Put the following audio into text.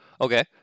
Okay